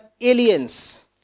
aliens